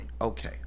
Okay